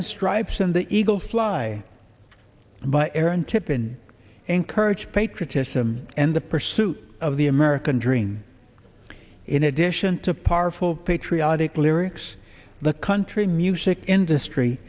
and stripes and the eagle fly by aaron tippin encourage patriotism and the pursuit of the american dream in addition to powerful patriotic lyrics the country music industry